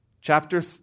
Chapter